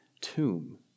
tomb